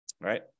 right